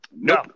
No